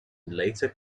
later